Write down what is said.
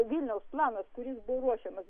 vilniaus planas kuris buvo ruošiamas